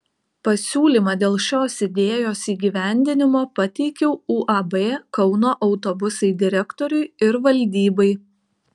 pasiūlymą dėl šios idėjos įgyvendinimo pateikiau uab kauno autobusai direktoriui ir valdybai